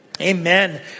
amen